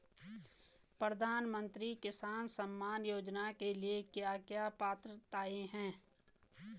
प्रधानमंत्री किसान सम्मान योजना के लिए क्या क्या पात्रताऐं हैं?